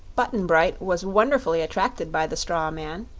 button-bright was wonderfully attracted by the strawman,